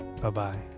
Bye-bye